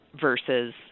versus